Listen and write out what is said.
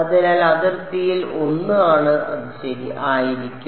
അതിനാൽ അതിർത്തിയിൽ 1 ആണ് അത് ആയിരിക്കും